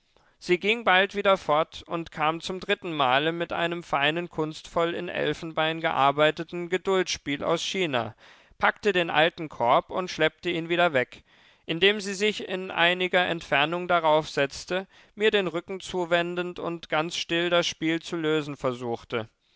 sie ging bald wieder fort und kam zum dritten male mit einem feinen kunstvoll in elfenbein gearbeiteten geduldspiel aus china packte den alten korb und schleppte ihn wieder weg indem sie sich in einiger entfernung daraufsetzte mir den rücken zuwendend und ganz still das spiel zu lösen versuchte